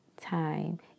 time